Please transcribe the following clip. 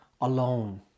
alone